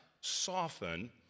soften